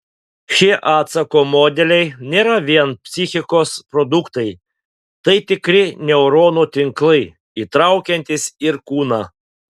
šie atsako modeliai nėra vien psichikos produktai tai tikri neuronų tinklai įtraukiantys ir kūną